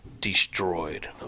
destroyed